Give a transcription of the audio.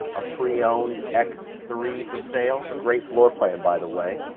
a pre-owned x three for sale. great floor plan, by the way.